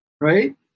right